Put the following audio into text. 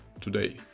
today